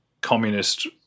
communist